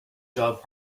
job